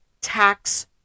tax